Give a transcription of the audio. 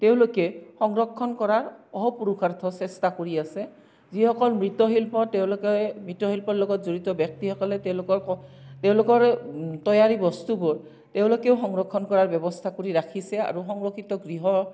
তেওঁলোকে সংৰক্ষণ কৰাৰ অহোপুৰুষাৰ্থ চেষ্টা কৰি আছে যিসকল মৃতশিল্প তেওঁলোকে মৃতশিল্পৰ লগত জড়িত ব্যক্তিসকলে তেওঁলোকৰ ক তেওঁলোকৰ তৈয়াৰী বস্তুবোৰ তেওঁলোকেও সংৰক্ষণ কৰাৰ ব্যৱস্থা কৰি ৰাখিছে আৰু সংৰক্ষিত গৃহ